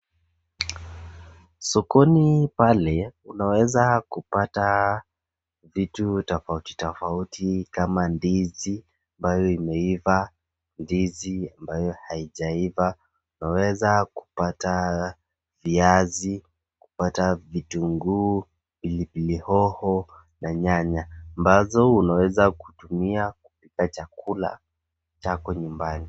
Sokoni pale, unaweza kupata vitu tofauti tofauti kama ndizi ambayo imeiva, ndizi ambayo haijaiva, unaweza kupata viazi, kupata vitunguu, pilipili hoho na nyanya, ambazo unaweza kutumia kupika chakula chako nyumbani.